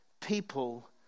people